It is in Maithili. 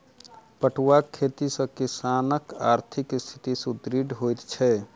पटुआक खेती सॅ किसानकआर्थिक स्थिति सुदृढ़ होइत छै